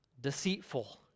deceitful